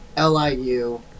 liu